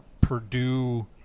Purdue